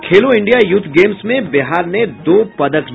और Khelo India youth games में बिहार ने दो पदक जीता